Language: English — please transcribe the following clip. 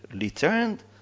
returned